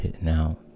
Now